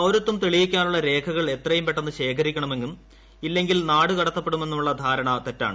പൌരത്വം തെളിയിക്കാനുള്ള രേഖകൾ എത്രയും പെട്ടെന്ന് ശേഖരിക്കണമെന്നും ഇല്ലെങ്കിൽ നാടുകടത്തപ്പെടുമെന്നുമുള്ള ധാരണ തെറ്റാണ്